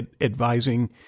advising